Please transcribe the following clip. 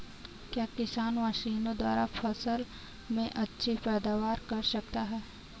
क्या किसान मशीनों द्वारा फसल में अच्छी पैदावार कर सकता है?